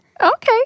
Okay